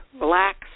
relax